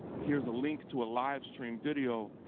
here's a link to a livestream video.